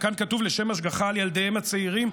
כאן כתוב: לשם השגחה על ילדיהם הצעירים,